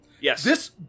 Yes